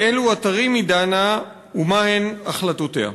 באילו אתרים היא דנה ומה הן החלטותיה?